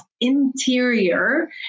interior